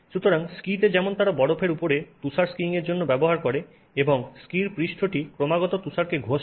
সুতরাং স্কীতে যেমন তারা বরফের উপরে তুষার স্কিইংয়ের জন্য ব্যবহার করে এবং স্কীর পৃষ্ঠটি ক্রমাগত তুষারকে ঘষছে